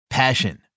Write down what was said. Passion